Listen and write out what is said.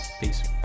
peace